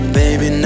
baby